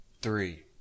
three